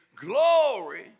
glory